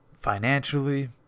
Financially